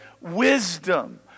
wisdom